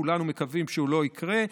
כולנו מקווים שהוא לא יקרה,